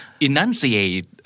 enunciate